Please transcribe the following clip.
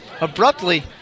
abruptly